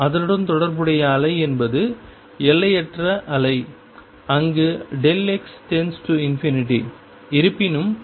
அதனுடன் தொடர்புடைய அலை என்பது எல்லையற்ற அலை அங்கு x→∞ இருப்பினும் p0